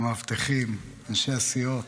מאבטחים, אנשי הסיעות,